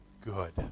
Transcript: good